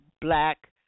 Black